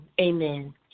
Amen